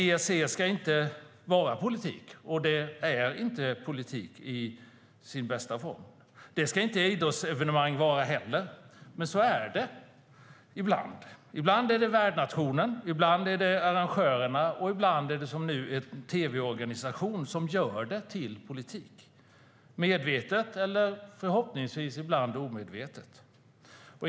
ESC ska ju inte vara politik och är inte politik i sin bästa form. Det ska inte idrottsevenemang vara heller. Men så är det ibland. Ibland är det värdnationen, ibland arrangörerna och ibland som nu en tv-organisation som gör det till politik - medvetet eller förhoppningsvis ibland omedvetet.